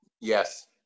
Yes